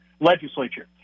legislature